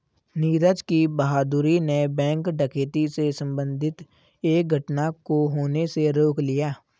नीरज की बहादूरी ने बैंक डकैती से संबंधित एक घटना को होने से रोक लिया